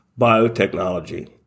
biotechnology